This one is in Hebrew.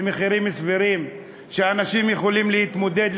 למחירים סבירים שאנשים יכולים להתמודד אתם,